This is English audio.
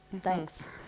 thanks